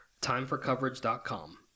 timeforcoverage.com